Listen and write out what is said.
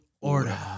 Order